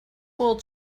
wool